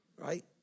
right